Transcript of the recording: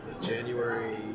January